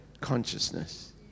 consciousness